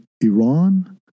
Iran